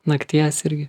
nakties irgi